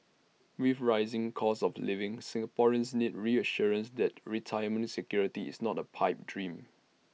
with rising costs of living Singaporeans need reassurance that retirement security is not A pipe dream